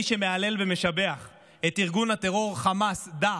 מי שמהלל ומשבח את ארגון הטרור חמאס-דאעש,